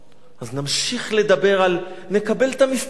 אז נמשיך לדבר על, נקבל את המסתננים,